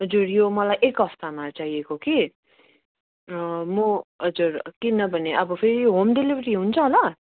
हजुर यो मलाई एक हफ्तामा चाहिएको कि म हजुर किनभने अब फेरि होम डेलिभरी हुन्छ होला